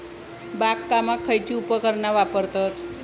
बागकामाक खयची उपकरणा वापरतत?